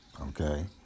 okay